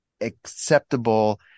acceptable